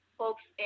folks